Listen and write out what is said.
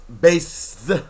base